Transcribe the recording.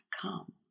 come